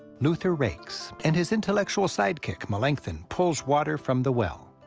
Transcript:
luther rakes, and his intellectual sidekick, melanchthon, pulls water from the well,